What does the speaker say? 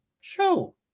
show